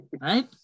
Right